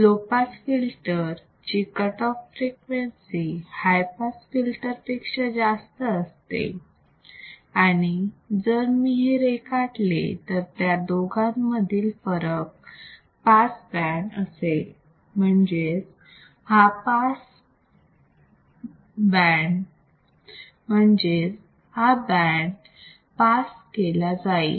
low pass filter ची cut off frequency high pass filter पेक्षा जास्त असते आणि जर मी हे रेखाटले तर त्या दोघां मधील फरक पास बँड असेल म्हणजेच हा बँड पास केला जाईल